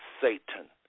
Satan